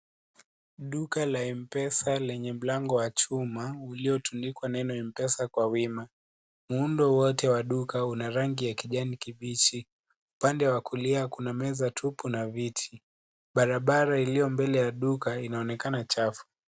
Duka la M-pesa lenye mlango wa chuma uliotundikwa neno M-pesa kwa wima, muundo wote wa duka una rangi ya kijanikibichi, upande wa kulia kuna meza tupu na viti, barabara ilio mbele ya duka inaonekana chafu.